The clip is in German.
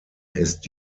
ist